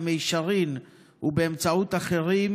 במישרין ובאמצעות אחרים,